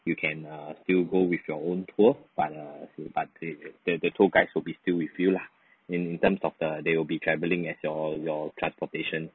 you can err still go with your own tour but err but the the the tour guides will be stay with you lah in in terms of the they will be travelling as your your transportation